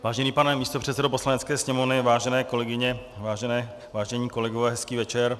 Vážený pane místopředsedo Poslanecké sněmovny, vážené kolegyně, vážení kolegové, hezký večer.